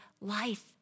life